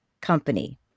company